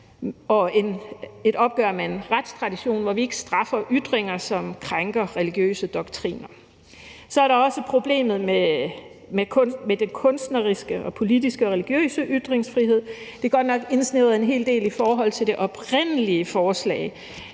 og et opgør med en retstradition, hvor vi ikke straffer ytringer, som krænker religiøse doktriner. Så er der også problemet med den kunstneriske, politiske og religiøse i ytringsfrihed. Det er godt nok indsnævret en hel del i forhold til det oprindelige forslag,